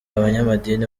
abanyamadini